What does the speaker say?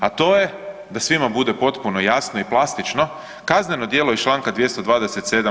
A to je da svima bude potpuno jasno i plastično kazneno djelo iz Članka 227.